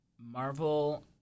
Marvel